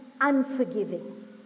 unforgiving